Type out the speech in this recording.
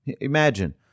Imagine